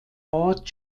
ort